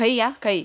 可以呀可以